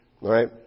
right